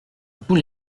tous